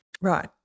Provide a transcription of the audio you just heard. Right